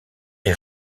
est